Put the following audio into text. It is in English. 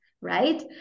right